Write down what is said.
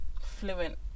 fluent